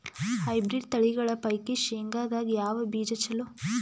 Hybrid ತಳಿಗಳ ಪೈಕಿ ಶೇಂಗದಾಗ ಯಾವ ಬೀಜ ಚಲೋ?